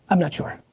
um not sure.